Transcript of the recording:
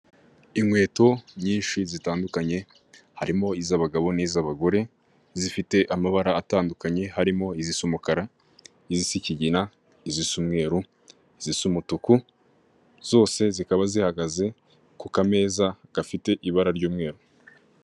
Inkweto nyinshi zitandukanye harimo iz'abagabo n'iz'abagore zifite amabara atandukanye, harimo izisa umukara, izisa ikigina izisa umweru, izisa umutuku zose zikaba zihagaze ku kameza gafite ibara ry'umweru.